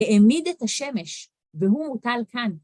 ‫העמיד את השמש, והוא מוטל כאן.